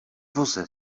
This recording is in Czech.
voze